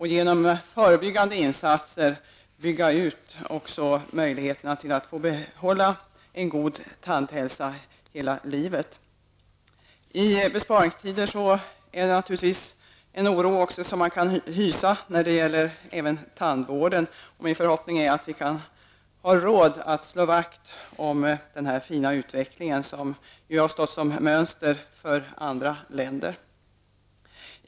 Genom förebyggande insatser bör vi också öka möjligheterna för människor att behålla denna goda tandhälsa hela livet. I besparingstider kan man naturligtvis hysa oro även när det gäller tandvården. Min förhoppning är att vi skall ha råd att slå vakt om denna fina utveckling, som ju har stått som mönster för andra länder.